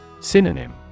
Synonym